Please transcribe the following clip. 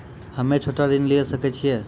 हम्मे छोटा ऋण लिये सकय छियै?